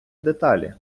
деталі